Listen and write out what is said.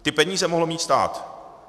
Ty peníze mohl mít stát.